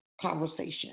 conversation